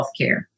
healthcare